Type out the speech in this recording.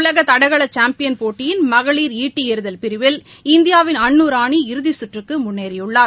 உலக தடகள சாம்பியன் போட்டியின் மகளிர் ஈட்டி எறிதல் பிரிவில் இந்தியாவின் அன்னு ராணி இறுதிச்சுற்றுக்கு முன்னேறியுள்ளார்